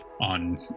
on